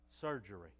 surgery